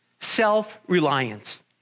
Self-reliance